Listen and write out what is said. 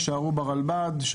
יישארו ברלב"ד.